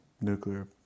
nuclear